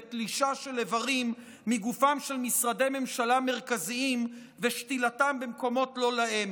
בתלישה של איברים מגופם של משרדי ממשלה מרכזיים ושתילתם במקומות לא להם.